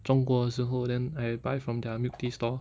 中国的时候 then I buy from their milk tea store